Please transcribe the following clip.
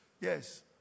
Yes